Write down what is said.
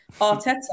Arteta